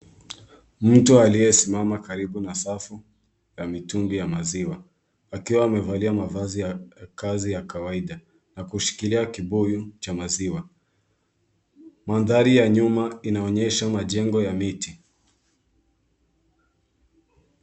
Mtu aliyesimama karibu na safu ya mitungi ya maziwa, akiwa amevalia mavazi ya kazi ya kawaida, na kushikilia kibuyu cha maziwa. Mandhari ya nyuma inaonyesha majengo ya miti.